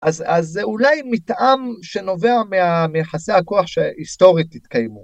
אז אז זה אולי מתאם שנובע מהיחסי הכוח שהיסטורית התקיימו.